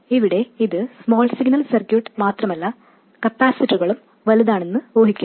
ഇവിടെ ഇത് small signal circuit മാത്രമല്ല കപ്പാസിറ്ററുകളും വലുതാണെന്ന് അനുമാനിക്കുന്നു